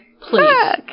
Please